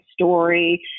story